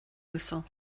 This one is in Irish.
uasail